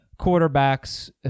quarterbacks